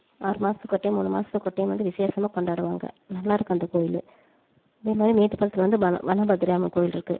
ஆறு மாதத்துக்கு ஒரு டைம் மூணு மாதத்துக்கு ஒரு டைம் வந்து விசேஷமாக கொண்டாடுவாங்க நல்லா இருக்கும் அந்த கோவிலு அதே மாதிரி மேட்டுப்பாளையத்தில் வந்து பன வனபத்ரன்னு ஒரு கோயில் இருக்குது